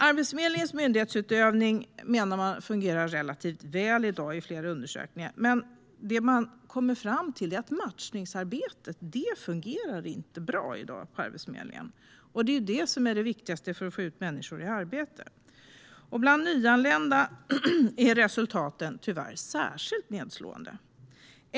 Arbetsförmedlingens myndighetsutövning fungerar relativt väl i dag, enligt flera undersökningar. Men man kommer också fram till att matchningsarbetet inte fungerar bra på Arbetsförmedlingen i dag, och det är det viktigaste för att få ut människor i arbete. Bland nyanlända är resultaten tyvärr särskilt nedslående.